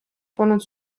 polnud